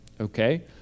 Okay